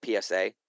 PSA